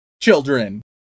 children